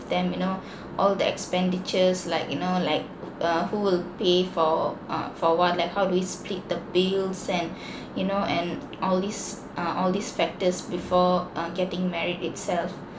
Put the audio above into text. them you know all the expenditures like you know like uh who will pay for uh for what like how do we split the bills and you know and all these uh all these factors before uh getting married itself